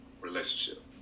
relationship